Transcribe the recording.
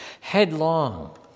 headlong